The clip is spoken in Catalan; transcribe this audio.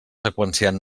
seqüenciant